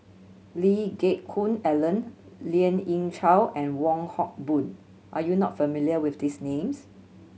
Lee Geck Hoon Ellen Lien Ying Chow and Wong Hock Boon are you not familiar with these names